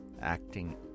acting